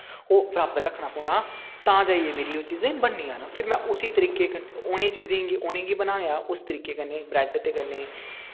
ओह् बराबर रक्खना पौना तां जाईयै मेरी ओह् चीज बननियां न फिर में उसी तरीके कन्नै उनें चीजें गी बनाने उस तरीके कन्नै ब्रैड ते कन्नै